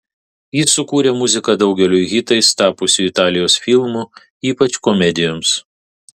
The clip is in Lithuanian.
jis sukūrė muziką daugeliui hitais tapusių italijos filmų ypač komedijoms